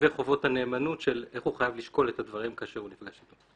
וחובות הנאמנות של איך הוא חייב לשקול את הדברים כאשר הוא נפגש איתו.